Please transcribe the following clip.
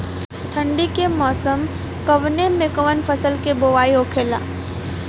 ठंडी के मौसम कवने मेंकवन फसल के बोवाई होखेला?